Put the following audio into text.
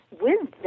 wisdom